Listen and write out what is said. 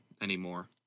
anymore